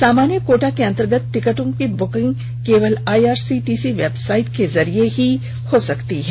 सामान्य कोटा के अंतर्गत टिकटों की बुकिंग केवल आईआरसीटीसी वेबसाइट के जरिए ही हो सकती है